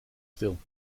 stil